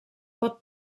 pot